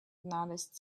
noticed